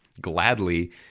gladly